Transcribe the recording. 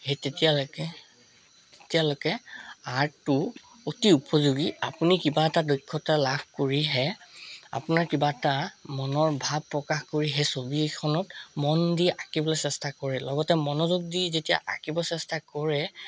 সেই তেতিয়ালৈকে তেতিয়ালৈকে আৰ্টটো অতি উপযোগী আপুনি কিবা এটা দক্ষতা লাভ কৰিহে আপোনাৰ কিবা এটা মনৰ ভাৱ প্ৰকাশ কৰিহে ছবি এখনত মন দি আঁকিবলৈ চেষ্টা কৰে লগতে মনোযোগ দি যেতিয়া আঁকিব চেষ্টা কৰে